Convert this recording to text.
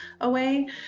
away